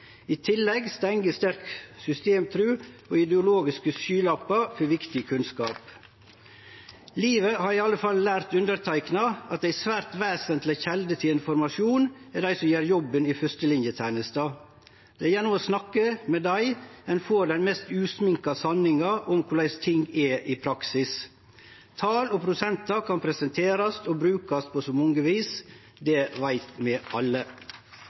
I tillegg stengjer sterk systemtru og ideologiske skylappar for viktig kunnskap. Livet har i alle fall lært underteikna at ei svært vesentleg kjelde til informasjon er dei som gjer jobben i fyrstelinetenesta. Gjennom å snakke med dei får ein den mest usminka sanninga om korleis ting er i praksis. Tal og prosentar kan presenterast og brukast på så mange vis. Det veit vi alle.